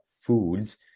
foods